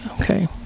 Okay